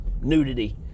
nudity